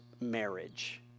marriage